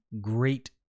great